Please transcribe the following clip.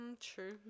True